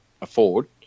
afford